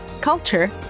culture